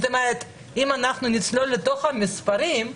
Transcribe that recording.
אם נצלול לתוך המספרים,